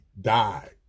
died